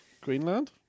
Greenland